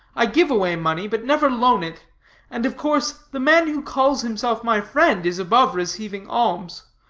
i give away money, but never loan it and of course the man who calls himself my friend is above receiving alms.